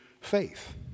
faith